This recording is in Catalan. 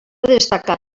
destacar